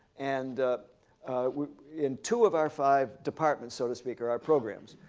and in two of our five departments, so to speak, or our programs,